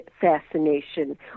fascination